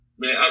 Man